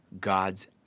God's